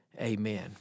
Amen